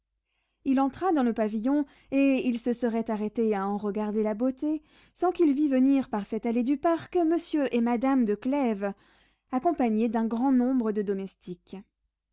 il entra dans le pavillon et il se serait arrêté à en regarder la beauté sans qu'il vit venir par cette allée du parc monsieur et madame de clèves accompagnés d'un grand nombre de domestiques